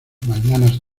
mañanas